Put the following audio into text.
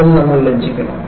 അതിൽ നമ്മൾ ലജ്ജിക്കണം